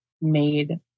made